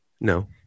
No